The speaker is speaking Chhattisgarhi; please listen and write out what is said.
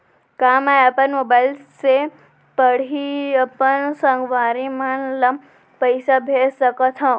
का मैं अपन मोबाइल से पड़ही अपन संगवारी मन ल पइसा भेज सकत हो?